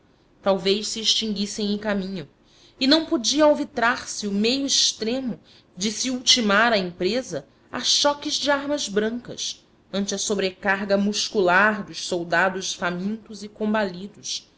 talvez se extinguissem em caminho e não podia alvitrar se o meio extremo de se ultimar a empresa a choques de armas brancas ante a sobrecarga muscular dos soldados famintos e combalidos